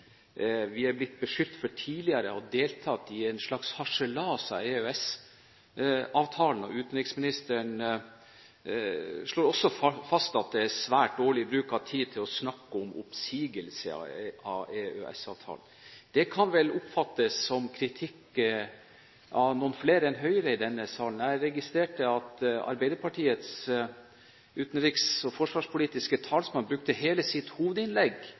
Vi er tidligere blitt beskyldt for å ha deltatt i en slags harselas av EØS-avtalen, og utenriksministeren slår fast at det er svært dårlig bruk av tid å snakke om oppsigelse av EØS-avtalen. Det kan vel oppfattes som kritikk av noen flere enn Høyres representanter i denne salen. Jeg registrerte at Arbeiderpartiets utenriks- og forsvarspolitiske talsmann brukte hele sitt hovedinnlegg